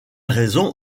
raison